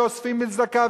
ואוספים צדקה,